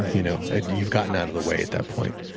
you know ah you've gotten out of the way at that point.